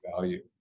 value